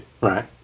right